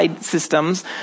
systems